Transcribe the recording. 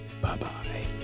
Bye-bye